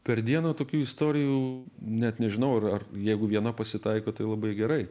per dieną tokių istorijų net nežinau ar ar jeigu viena pasitaiko tai labai gerai